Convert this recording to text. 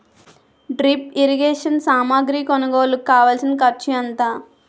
drip irrigation సామాగ్రి కొనుగోలుకు కావాల్సిన ఖర్చు ఎంత